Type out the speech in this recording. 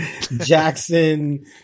Jackson